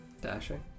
dashing